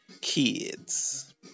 kids